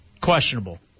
questionable